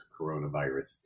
coronavirus